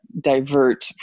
divert